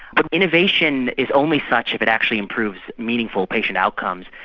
but innovation is only such if it actually improves meaningful patient outcomes.